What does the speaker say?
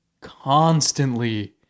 constantly